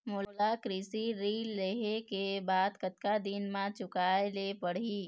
मोला कृषि ऋण लेहे के बाद कतका दिन मा चुकाए ले पड़ही?